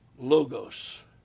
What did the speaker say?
Logos